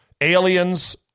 aliens